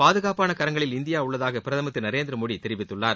பாதுகாப்பான கரங்களில் இந்தியா உள்ளதாக பிரதமா் திரு நரேந்திரமோடி தெரிவித்துள்ளார்